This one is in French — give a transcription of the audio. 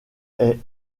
est